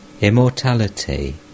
immortality